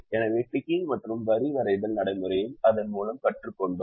எனவே டிக்கிங் மற்றும் வரி வரைதல் நடைமுறையை அதன் மூலம் கற்றுக்கொண்டோம்